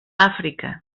àfrica